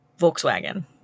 Volkswagen